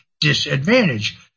disadvantage